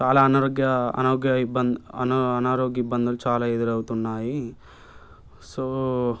చాలా అనారోగ్య అనారోగ్య ఇబ్బంది అనారోగ్య ఇబ్బంది చాలా ఎదురవుతున్నాయి సో